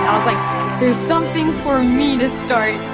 like there's something for me to start.